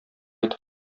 итеп